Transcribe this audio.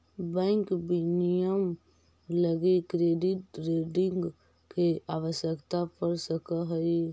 bank विनियमन लगी credit rating के आवश्यकता पड़ सकऽ हइ